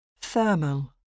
Thermal